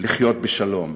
לחיות בשלום.